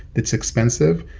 that's expensive,